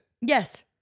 Yes